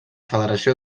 federació